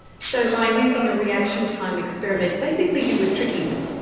so by using a reaction time experiment, basically you were tricking them?